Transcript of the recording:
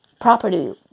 property